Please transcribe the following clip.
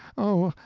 oh,